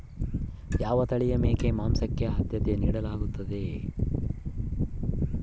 ಯಾವ ತಳಿಯ ಮೇಕೆ ಮಾಂಸಕ್ಕೆ, ಆದ್ಯತೆ ನೇಡಲಾಗ್ತದ?